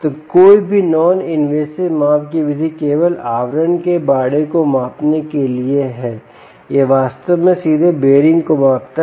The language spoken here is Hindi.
तो कोई भी नॉन इनवेसिव माप की विधि केवल आवरण के बाड़े को मापने के लिए है यह वास्तव में सीधे बेयरिंग को मापता है